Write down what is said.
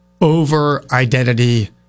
over-identity